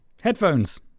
Headphones